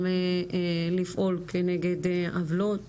גם לפעול כנגד עוולות